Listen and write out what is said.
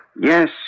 Yes